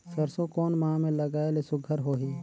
सरसो कोन माह मे लगाय ले सुघ्घर होही?